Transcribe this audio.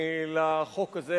לחוק הזה.